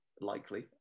likely